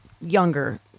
younger